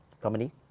company